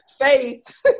Faith